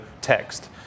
text